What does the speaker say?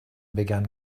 began